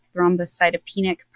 thrombocytopenic